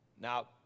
Now